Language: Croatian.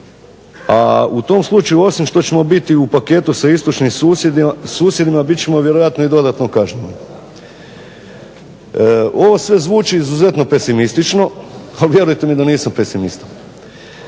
a u tom slučaju osim što ćemo biti u paketu sa istočnim susjedima biti ćemo vjerojatno i dodatno kažnjeni. Ovo sve zvuči izuzetno pesimistično a vjerujte mi da nisam pesimista.